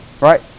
Right